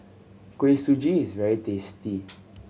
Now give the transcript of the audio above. Kuih Suji is very tasty